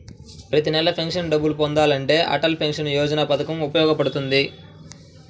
ప్రతి నెలా పెన్షన్ డబ్బులు పొందాలంటే అటల్ పెన్షన్ యోజన పథకం ఉపయోగపడుతుంది